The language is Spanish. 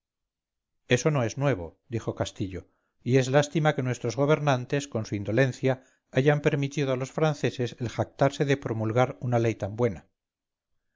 eso no es nuevo dijo castillo y es lástima que nuestros gobernantes con su indolencia hayan permitido a los franceses el jactarse de promulgar una ley tan buena